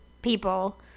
People